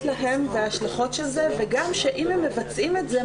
להם וההשלכות של זה וגם שאם הם מבצעים את זה,